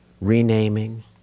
renaming